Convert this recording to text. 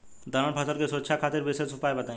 दलहन फसल के सुरक्षा खातिर विशेष उपाय बताई?